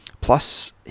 plus